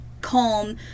calm